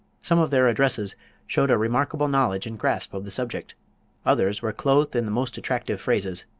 some of their addresses showed a remarkable knowledge and grasp of the subject others were clothed in the most attractive phrases.